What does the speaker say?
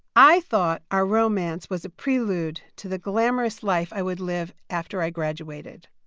i thought our romance was a prelude to the glamorous life i would live after i graduated.